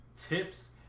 tips